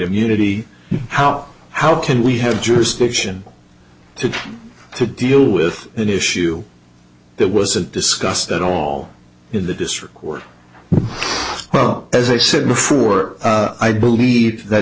immunity how how can we have jurisdiction to try to deal with an issue that wasn't discussed at all in the district court as i said before i believe that